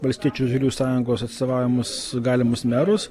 valstiečių žaliųjų sąjungos atstovaujamus galimus merus